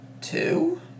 two